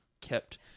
kept